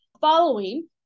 following